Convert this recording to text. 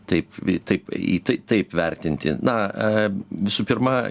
taip taip į tai taip vertinti na visų pirma